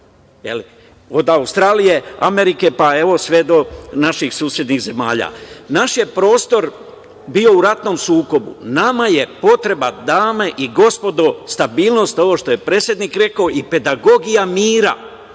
Od Australije, Amerike, pa evo sve do naših susednih zemalja. Naš je prostor je bio u ratnom sukobu. Nama je potrebno, dame i gospodo, stabilnost, ovo što je predsednik rekao i pedagogija mira.